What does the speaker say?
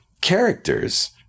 characters